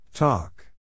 Talk